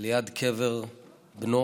ליד קבר בנו